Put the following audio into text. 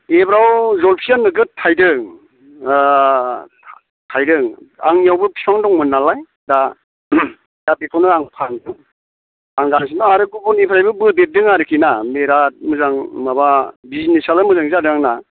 बेबाराव जलफिआ नोगोद थायदों थायदों आंनियावबो बिफां दंमोन नालाय दा दा बेखौनो आं फानदों आं दासिम आरो गुबुननिफ्रायबो बोदेरदों आरोखि ना बिराद मोजां माबा बिज्सनेसआलाय मोजांयैनो जादों आंना